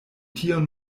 tion